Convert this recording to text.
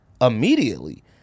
immediately